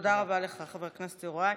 תודה רבה לך, חבר הכנסת יוראי.